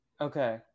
Okay